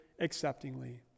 acceptingly